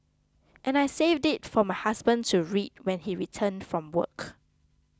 and I saved it for my husband to read when he returned from work